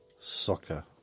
Soccer